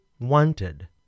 wanted